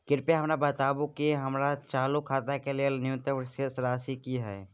कृपया हमरा बताबू कि हमर चालू खाता के लेल न्यूनतम शेष राशि की हय